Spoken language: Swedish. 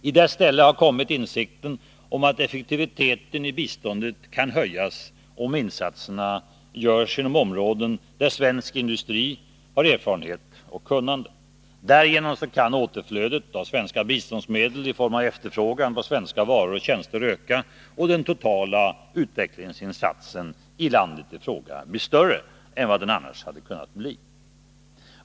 I dess ställe har kommit insikten om att effektiviteten i biståndet kan höjas, om insatserna görs inom områden där svensk industri har erfarenhet och kunnande. Därigenom kan återflödet av svenska biståndsmedel i form av efterfrågan på svenska varor och tjänster öka och den totala utvecklingsinsatsen i landet i fråga bli större än den annars hade kunnat bli.